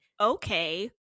okay